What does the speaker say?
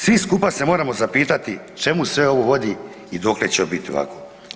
Svi skupa se moramo zapitati čemu sve ovo vodi i dokle će biti ovako?